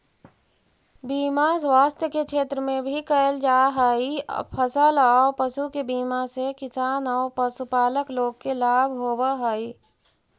बीमा स्वास्थ्य के क्षेत्र में भी कैल जा हई, फसल औ पशु के बीमा से किसान औ पशुपालक लोग के लाभ होवऽ हई